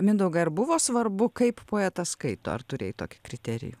mindaugai ar buvo svarbu kaip poetas skaito ar turėjai tokį kriterijų